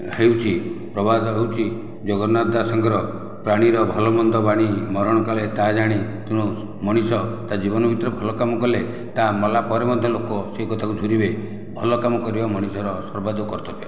ହେଉଛି ପ୍ରବାଦ ହେଉଛି ଜଗନ୍ନାଥ ଦାସଙ୍କର ପ୍ରାଣୀର ଭଲ ମନ୍ଦ ବାଣୀ ମରଣ କାଳେ ତାହା ଜାଣି ତେଣୁ ମଣିଷ ତା' ଜୀବନ ଭିତରେ ଭଲ କାମ କଲେ ତା' ମଲା ପରେ ମଧ୍ୟ ଲୋକ ସେ କଥାକୁ ଝୁରିବେ ଭଲ କାମ କରିବା ମଣିଷର ସର୍ବାଧିକ କର୍ତ୍ତବ୍ୟ